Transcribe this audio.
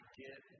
get